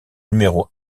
numéro